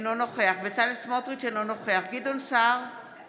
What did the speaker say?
אינו נוכח בצלאל סמוטריץ' אינו נוכח גדעון סער,